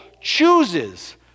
chooses